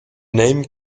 name